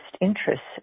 interests